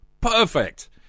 Perfect